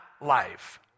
life